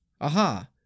Aha